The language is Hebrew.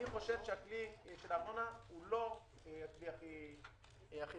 אני חושב שהכלי של הארנונה הוא לא הכלי הכי מתאים.